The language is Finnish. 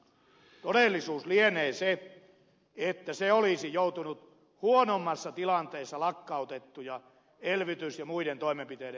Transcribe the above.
todellisuus lienee se että se olisi jouduttu huonommassa tilanteessa lakkauttamaan elvytys ja muiden toimenpiteiden johdosta kuin muuten kävi